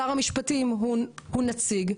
שר המשפטים עדיין נציג,